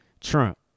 Trump